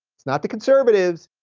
it's not the conservatives,